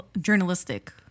journalistic